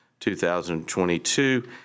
2022